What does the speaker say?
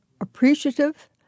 appreciative